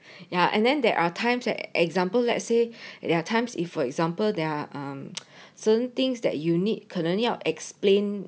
ya and then there are times that example let's say there are times if for example there are um certain things that unique 可能要 explain